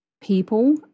People